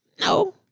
No